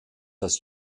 das